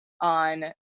on